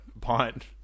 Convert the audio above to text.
pint